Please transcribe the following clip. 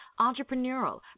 entrepreneurial